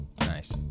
Nice